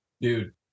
Dude